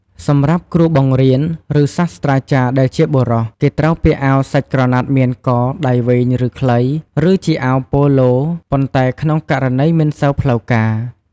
សម្រាប់គ្រូបង្រៀន ឬ សាស្ត្រាចារ្យដែលជាបុរស គេត្រូវពាក់អាវសាច់ក្រណាត់មានក ដៃវែង ឬ ខ្លី ឬជាអាវប៉ូឡូ ប៉ុន្តែក្នុងករណីមិនសូវផ្លូវការ។